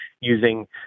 using